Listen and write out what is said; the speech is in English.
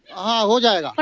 oh, god! but